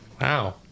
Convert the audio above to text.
Wow